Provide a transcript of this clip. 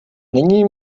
není